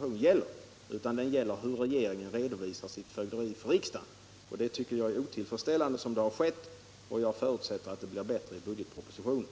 gången, utan den gäller hur regeringen redovisar sitt fögderi för riksdagen. Jag tycker att det skett på ett otillfredsställande sätt och förutsätter att det blir bättre i budgetpropositionen.